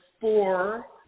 four